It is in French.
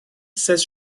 seize